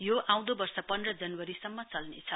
यो आँउदो वर्ष पन्ध्र जनवरीसम्म चल्नेछ